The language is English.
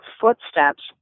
footsteps